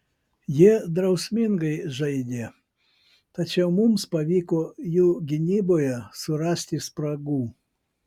jie drausmingai žaidė tačiau mums pavyko jų gynyboje surasti spragų